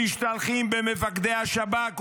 ומשתלחים במפקדי השב"כ ובחייליו.